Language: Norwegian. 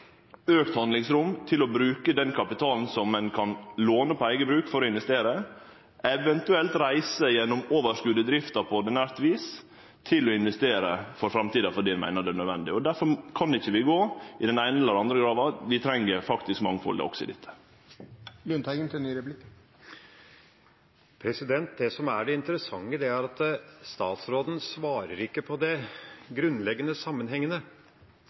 handlingsrom til å bruke den kapitalen ein kan låne på eige bruk – eventuelt reise gjennom overskot i drifta på ordinært vis – til å investere for framtida, fordi ein meiner det er nødvendig. Difor kan vi ikkje gå i den eine eller den andre grava – vi treng faktisk mangfald også i dette. Det som er det interessante, er at statsråden ikke svarer på